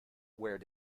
where